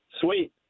Sweet